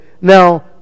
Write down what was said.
Now